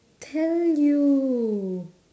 tell you